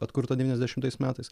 atkurta devyniasdešimtais metais